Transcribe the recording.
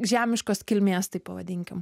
žemiškos kilmės taip pavadinkim